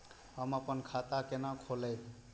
हम अपन खाता केना खोलैब?